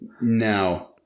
No